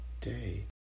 day